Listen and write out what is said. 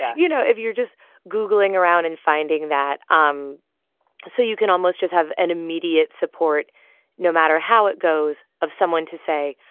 yeah you know, if you're just googling around and finding that um so you can almost just have an immediate support no matter how it goes. of someone to say,